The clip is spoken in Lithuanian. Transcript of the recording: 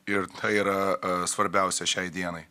ir tai yra svarbiausia šiai dienai